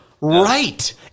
Right